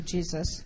Jesus